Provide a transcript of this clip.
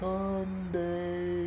Sunday